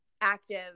active